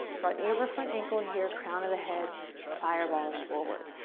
front knee over front ankle here, crown of the head fireballs forward.